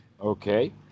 Okay